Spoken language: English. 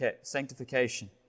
sanctification